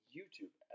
YouTube